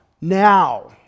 now